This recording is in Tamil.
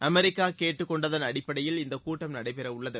அமெரிக்கா கேட்டுக் கொண்டதன் அடிப்படையில் இந்தக் கூட்டம் நடைபெறவுள்ளது